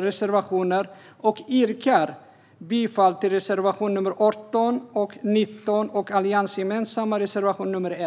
reservationer. Jag yrkar bifall till reservation 18, 19 och den alliansgemensamma reservationen 1.